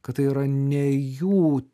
kad tai yra ne jų